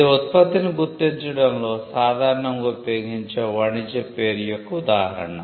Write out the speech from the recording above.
ఇది ఉత్పత్తిని గుర్తించడంలో సాధారణంగా ఉపయోగించే వాణిజ్య పేరు యొక్క ఉదాహరణ